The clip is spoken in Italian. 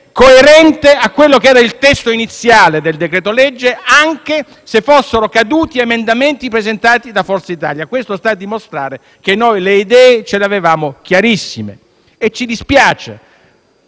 coerente a quello che era il testo iniziale del decreto-legge, anche se fossero caduti emendamenti presentati da Forza Italia. Questo sta a dimostrare che noi le idee le avevamo chiarissime. E ci dispiace